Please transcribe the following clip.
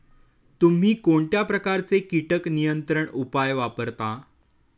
तुम्ही कोणत्या प्रकारचे कीटक नियंत्रण उपाय वापरता?